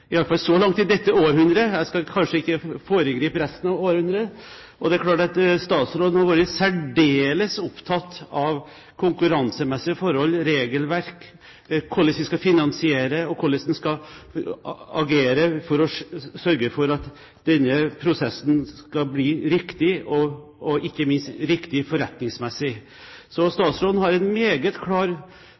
i hvert fall så langt, jeg skal kanskje ikke foregripe resten av århundret. Det er klart at statsråden har vært særdeles opptatt av konkurransemessige forhold, regelverk, hvordan vi skal finansiere, og hvordan man skal agere for å sørge for at denne prosessen skal bli riktig og ikke minst riktig forretningsmessig. Statsråden har en meget klar